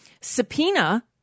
subpoena